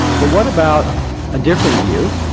but what about a different view?